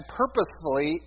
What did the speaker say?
purposefully